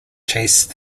chased